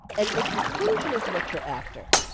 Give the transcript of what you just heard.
and if inclusion is what you're after,